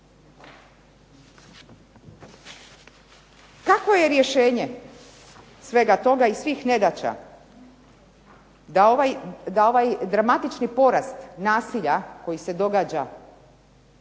Kakvo je rješenje svega toga i svih nedaća da ovaj dramatični porast nasilja koji se događa